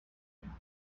کنیم